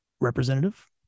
representative